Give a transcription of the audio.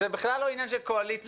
זה בכלל לא עניין של קואליציה.